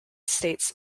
states